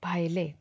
भायले